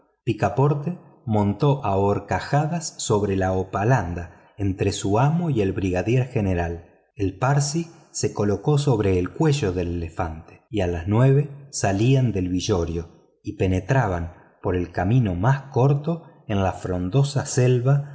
picaporte montó a horcajadas sobre la hopalanda entre su amo y el brigadier general el parsi se colocó sobre el cuello del elefante y a las nueve salían del villorrio y penetraban por el camino más corto en la frondosa selva